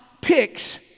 picks